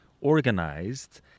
organized